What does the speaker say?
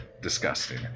disgusting